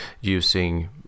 using